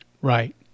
Right